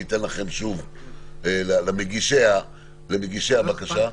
אני אתן למגישי הבקשה שוב לדבר.